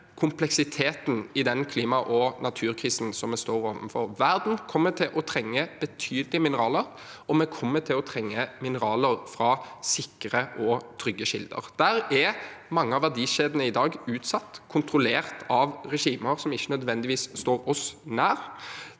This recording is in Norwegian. kompleksiteten i den klima- og naturkrisen vi står overfor. Verden kommer til å trenge betydelig med mineraler, og vi kommer til å trenge mineraler fra sikre og trygge kilder. Der er mange av verdikjedene i dag utsatt – kontrollert av regimer som ikke nødvendigvis står oss nær.